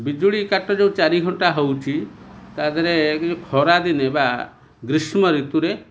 ବିଜୁଳି କାଟ ଯେଉଁ ଚାରି ଘଣ୍ଟା ହେଉଛି ତା ଦେହରେ କିଛି ଖରାଦିନେ ବା ଗ୍ରୀଷ୍ମ ଋତୁରେ